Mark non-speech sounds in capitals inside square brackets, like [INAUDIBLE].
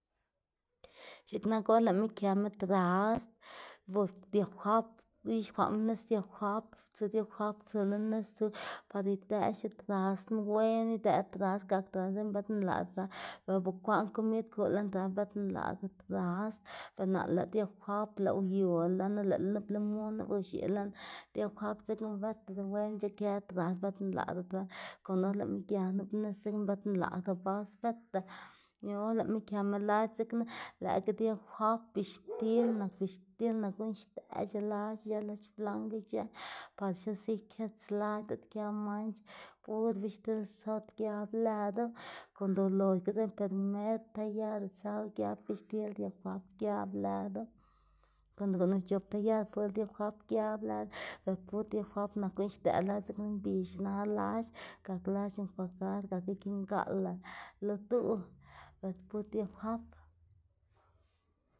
X̱iꞌk nak or lëꞌma këma trasd bos diafap ix̱uxkwaꞌma nis diafap tsu diafap tsu lo nis tsu par idëꞌ xitrasma wen idëꞌ trasd gakdo lën gak bët nlaꞌda tras bela bukwaꞌn komid kulá lën trasd bët nlaꞌda trasd be nanlá lëꞌ diafap lëꞌ uyula lonu lëꞌ nup limun lëꞌ ux̱ila lëꞌ diafap dzekna bët wen ic̲h̲ikë trasd bët nlaꞌda trasd konda or lëꞌma gia nup nis dzekna bët nlaꞌda bas bët nlaꞌda bëdta. Lëꞌ or këma lac̲h̲ dzekna lëꞌkga diafap bixtil [NOISE] nak bixtil nak guꞌn xdëꞌc̲h̲e lac̲h̲ ic̲h̲ë lac̲h̲ blank ic̲h̲ë par xnuse ikits lac̲h̲ diꞌt kë manch pur bixtil zot giab lëdu konda uloxga dzekna premer tallada tsawu giab bixtil, diafap giab lëdu konda guꞌn uc̲h̲op tallada pur diafap giab lëdu be pur diafap nak guꞌn xdëꞌ lac̲h̲ dzekna mbi xna lac̲h̲ gak lac̲h̲ enjuagar gak ikingaꞌla lo duꞌ be pur diafap.